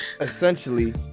Essentially